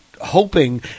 hoping